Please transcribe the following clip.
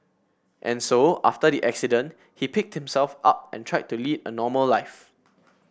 and so after the accident he picked himself up and tried to lead a normal life